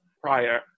prior